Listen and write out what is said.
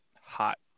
hot